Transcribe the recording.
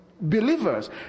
Believers